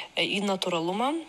į natūralumą